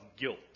guilt